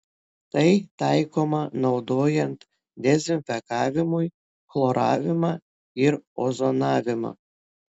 tai taikoma naudojant dezinfekavimui chloravimą ir ozonavimą